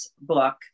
book